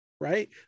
right